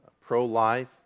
pro-life